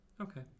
Okay